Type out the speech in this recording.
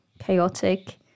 chaotic